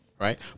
right